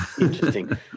Interesting